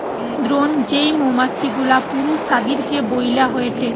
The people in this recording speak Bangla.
দ্রোন যেই মৌমাছি গুলা পুরুষ তাদিরকে বইলা হয়টে